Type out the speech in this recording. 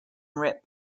rip